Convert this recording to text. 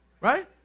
right